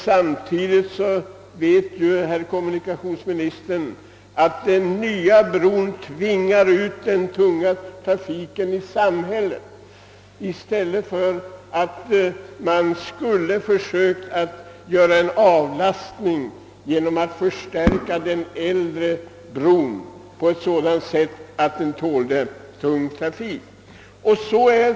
Samtidigt vet herr kommunikationsministern att man genom byggandet av en ny bro tvingar ut den tunga trafiken i samhället, i stället för att man borde försöka åstadkomma en avlastning genom förstärkning av den äldre bron på sådant sätt att den tål även tung trafik.